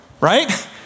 right